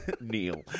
Neil